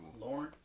Lauren